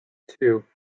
two